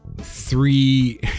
three